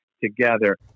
together